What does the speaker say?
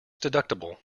deductible